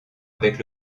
avec